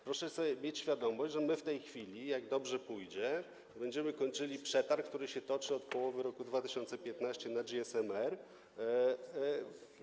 Proszę mieć świadomość, że my w tej chwili, jak dobrze pójdzie, będziemy kończyli przetarg, który się toczy od połowy roku 2015, na GSM-R.